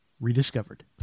rediscovered